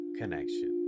connection